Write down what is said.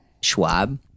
Schwab